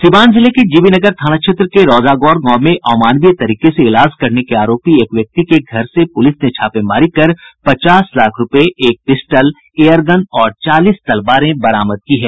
सीवान जिले के जीवी नगर थाना क्षेत्र के रोजागौर गांव में अमानवीय तरीके से इलाज करने के आरोपी एक व्यक्ति के घर पूलिस ने छापामारी कर पचास लाख रूपये एक पिस्टल एयरगन और चालीस तलवारें बरामद की है